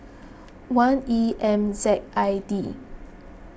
one E M Z I D